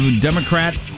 Democrat